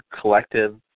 collective